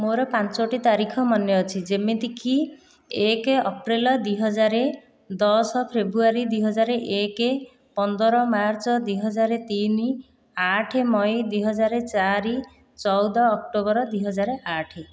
ମୋର ପାଞ୍ଚୋଟି ତାରିଖ ମନେ ଅଛି ଯେମିତିକି ଏକ ଅପ୍ରିଲ୍ ଦୁଇହଜାର ଦଶ ଫେବୃଆରୀ ଦୁଇହଜାର ଏକ ପନ୍ଦର ମାର୍ଚ୍ଚ ଦୁଇହଜାର ତିନି ଆଠ ମଇ ଦୁଇହଜାର ଚାରି ଚଉଦ ଅକ୍ଟୋବର ଦୁଇହଜାର ଆଠ